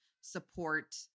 support